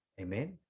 Amen